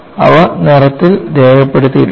അവ നിറത്തിൽ രേഖപ്പെടുത്തിയിട്ടുണ്ട്